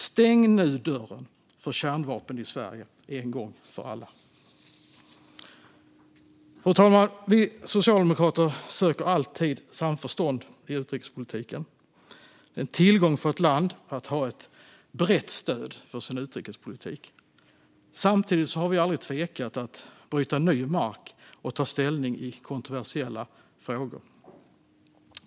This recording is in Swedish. Stäng nu dörren för kärnvapen i Sverige en gång för alla! Fru talman! Vi socialdemokrater söker alltid samförstånd i utrikespolitiken. Det är en tillgång för ett land att ha ett brett stöd för sin utrikespolitik. Samtidigt har vi aldrig tvekat att bryta ny mark och ta ställning i kontroversiella frågor.